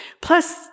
Plus